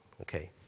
okay